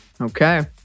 Okay